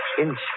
inch